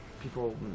people